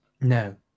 No